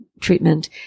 treatment